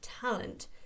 talent